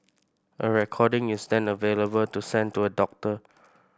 a recording is then available to send to a doctor